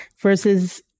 versus